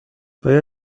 باید